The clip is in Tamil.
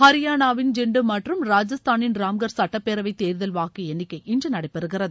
ஹரியானாவின் ஜிண்டு மற்றும ராஜஸ்தானின் ராம்கர் சட்டப்பேரவைத் தேர்தல் வாக்கு எண்ணிக்கை இன்று நடைபெறுகிறது